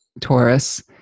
Taurus